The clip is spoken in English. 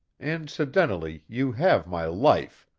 incidentally you have my life.